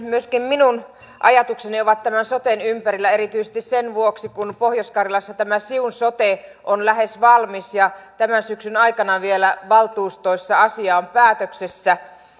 myöskin minun ajatukseni ovat tämän soten ympärillä erityisesti sen vuoksi kun pohjois karjalassa tämä siun sote on lähes valmis ja tämän syksyn aikana vielä valtuustoissa asia on päätöksessä